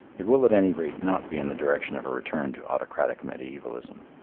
it will at any rate not be in the direction of a return to autocratic mediaevalism.